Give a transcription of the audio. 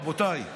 רבותיי,